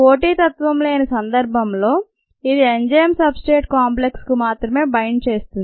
పోటీతత్వం లేని సందర్భంలో ఇది ఎంజైమ్ సబ్ స్ట్రేట్ కాంప్లెక్స్ కు మాత్రమే బైండ్ చేస్తుంది